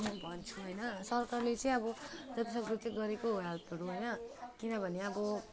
म भन्छु होइन सरकारले चाहिँ अब जति सक्दो चाहिँ गरेकै हो हेल्पहरू होइन किनभने अब